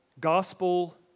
Gospel